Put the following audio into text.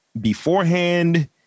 beforehand